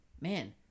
man